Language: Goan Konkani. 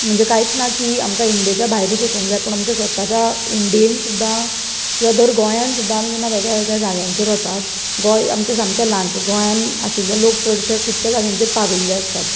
म्हणचे कांयच ना की आमकां इंडियेच्या भायरूच वचूंक जाय पूण आमच्या स्वताच्या इंडियेंत सुद्धा किवां धर गोंयांत सुद्धा आमी जेन्ना वेगळ्या वेगळ्या जाग्यांचेर वतात गोंय आमचें सामकें ल्हान सो गोंयांत आशिल्ले लोक चडशे जाग्यांचेर पाविल्ले आसतात